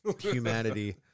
humanity